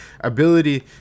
ability